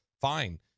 Fine